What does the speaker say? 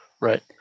Right